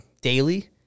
daily